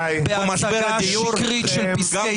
בהצגה שקרית של פסקי דין.